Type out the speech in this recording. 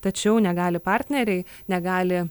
tačiau negali partneriai negali